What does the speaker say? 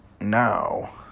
now